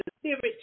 Spirit